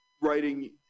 writing